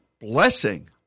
blessing